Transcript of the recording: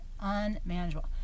unmanageable